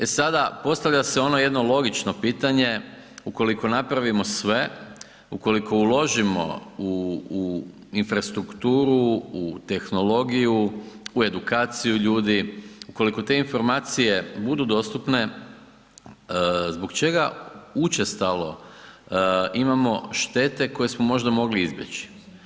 E sada, postavlja se ono jedno logično pitanje, ukoliko napravimo sve, ukoliko uložimo u infrastrukturu, u tehnologiju, u edukaciju ljudi, ukoliko te informacije budu dostupne, zbog čega učestalo imamo štete koje smo možda mogli izbjeći?